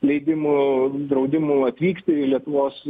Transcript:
leidimų draudimų atvykti į lietuvos